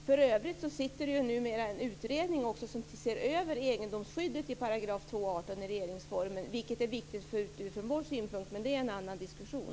För övrigt finns det numera en utredning som ser över egendomsskyddet i 2 kap 18 § i regeringsformen, vilket är viktigt från vår synpunkt. Men det är en annan diskussion.